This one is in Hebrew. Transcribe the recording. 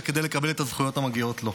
כדי לקבל את הזכויות המגיעות לו.